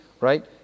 right